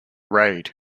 raid